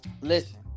listen